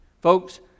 Folks